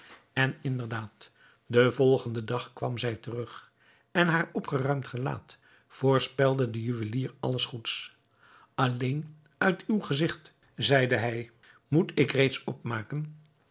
en inderdaad den volgenden dag kwam zij terug en haar opgeruimd gelaat voorspelde den juwelier alles goeds alleen uit uw gezigt zeide hij moet ik reeds opmaken